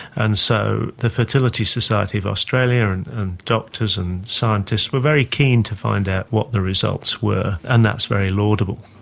and so the fertility society of australia and and doctors and scientists were very keen to find out what the results were, and that's very laudable.